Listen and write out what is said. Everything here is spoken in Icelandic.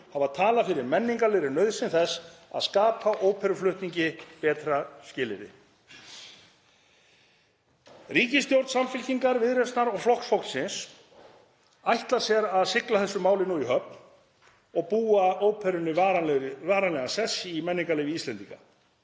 hafa talað fyrir menningarlegri nauðsyn þess að skapa óperuflutningi betri skilyrði. Ríkisstjórn Samfylkingar, Viðreisnar og Flokks fólksins ætlar sér að sigla þessu máli nú í höfn og búa óperunni varanlegan sess í menningarlífi Íslendinga.